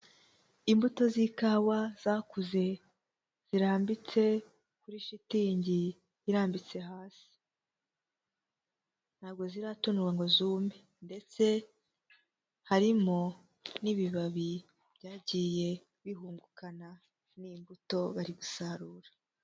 Imbuto z'ikawa zakuze zirambitse kuri shitingi irambitse hasi, ntago ziratonorwa ngo zume, ndetse harimo n'ibibabi byagiye bihungukana n'imbuto bari gusarura.